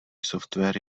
software